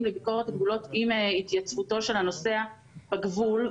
לביקורת הגבולות עם התייצבותו של הנוסע בגבול.